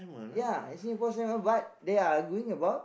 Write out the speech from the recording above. ya it say Paul-Simon but they are going about